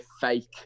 fake